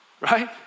right